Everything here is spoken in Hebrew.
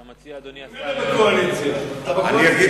אתה מציע, אדוני השר, אני מציע